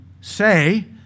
say